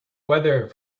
weather